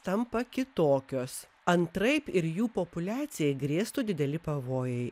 tampa kitokios antraip ir jų populiacijai grėstų dideli pavojai